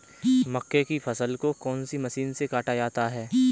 मक्के की फसल को कौन सी मशीन से काटा जाता है?